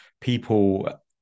people